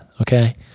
okay